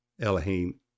Elohim